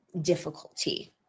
difficulty